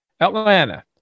Atlanta